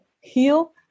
heal